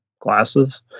glasses